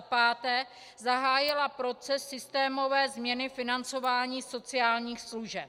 5. zahájila proces systémové změny financování sociálních služeb.